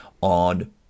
on